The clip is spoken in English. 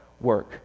work